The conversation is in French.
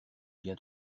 bien